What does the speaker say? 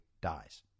dies